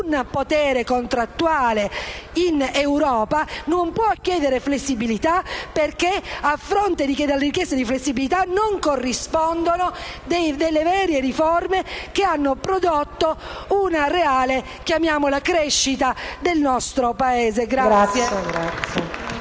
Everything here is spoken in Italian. potere contrattuale in Europa e non può chiedere flessibilità, perché a fronte della richiesta di flessibilità non corrispondono vere riforme che hanno prodotto una reale crescita del nostro Paese.